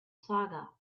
saga